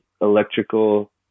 electrical